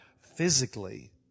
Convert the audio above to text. physically